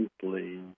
simply